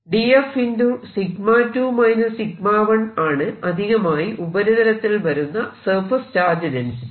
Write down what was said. df 𝜎2 𝜎1 ആണ് അധികമായി ഉപരിതലത്തിൽ വരുന്ന സർഫേസ് ചാർജ് ഡെൻസിറ്റി